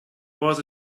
was